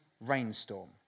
rainstorm